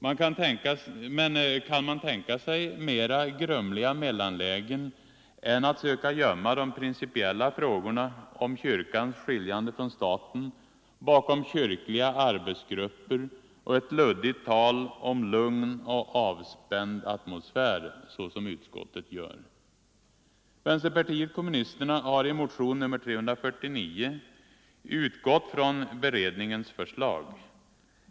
Men kan man tänka sig mera grumliga mellanlägen än att söka gömma de principiella frågorna om kyrkans skiljande från staten bakom kyrkliga arbetsgrupper och ett luddigt tal om lugn och avspänd atmosfär, så som utskottet gör? Vänsterpartiet kommunisterna har i motionen 349 utgått från beredningens förslag.